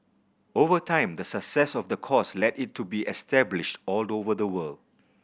over time the success of the course led it to be established all over the world